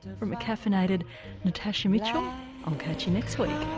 from a caffeinated natasha mitchell i'll catch you next week.